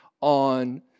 on